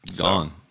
Gone